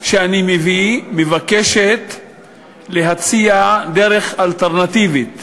שאני מביא מבקשת להציע דרך אלטרנטיבית